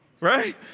right